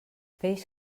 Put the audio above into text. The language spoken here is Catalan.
peix